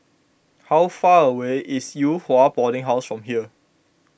how far away is Yew Hua Boarding House from here